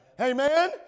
Amen